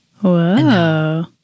Whoa